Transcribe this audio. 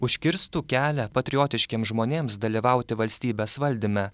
užkirstų kelią patriotiškiems žmonėms dalyvauti valstybės valdyme